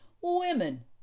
women